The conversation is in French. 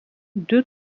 deux